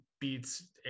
beats